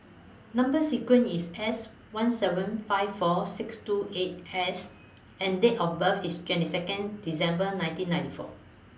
Number sequence IS S one seven five four six two eight S and Date of birth IS twenty Second December nineteen ninety four